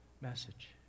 message